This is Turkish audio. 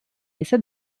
ise